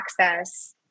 access